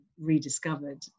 rediscovered